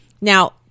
Now